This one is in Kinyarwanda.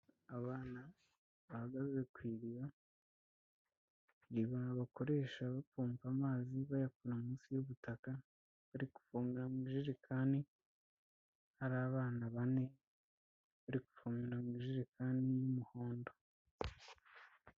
Abana bahagaze ku iriba. Iriba bakoresha bapompa amazi bayakura munsi y'ubutaka. Bari kuvomera amajerekani ari abana bane, bari kuvomera mu majerekani y'umuhondo.